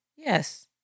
Yes